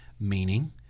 meaning